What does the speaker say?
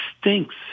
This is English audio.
stinks